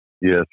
Yes